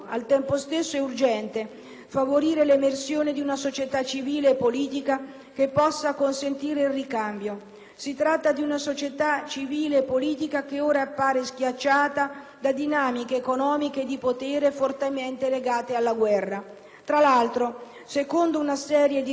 che possa consentire il ricambio; si tratta di una società civile e politica che ora appare schiacciata da dinamiche economiche e di potere fortemente legate alla guerra. Tra l'altro, secondo una serie di recenti studi, i principali donatori della comunità internazionale